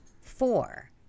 Four